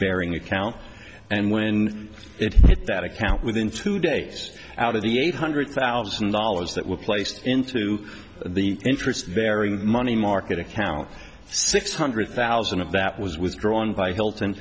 bearing account and when it hit that account within two days out of the eight hundred thousand dollars that were placed into the interest very money market account six hundred thousand of that was withdrawn by hilton